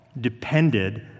depended